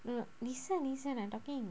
no listen listen I'm talking